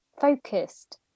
focused